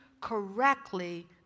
correctly